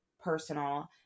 personal